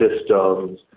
systems